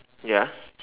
ya